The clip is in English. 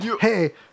Hey